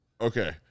okay